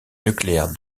nucléaire